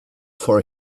for